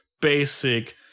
basic